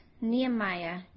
Nehemiah